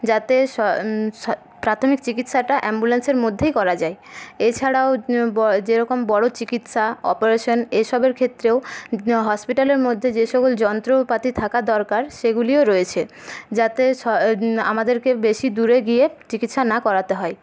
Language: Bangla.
যাতে প্রাথমিক চিকিৎসাটা অ্যাম্বুলেন্সের মধ্যেই করা যাই এছাড়াও যেরকম বড়ো চিকিৎসা অপারেশন এসবের ক্ষেত্রেও হসপিটালের মধ্যে যে সকল যন্ত্রপাতি থাকা দরকার সেগুলিও রয়েছে যাতে আমাদেরকে বেশী দূরে গিয়ে চিকিৎসা না করাতে হয়